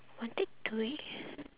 are they doing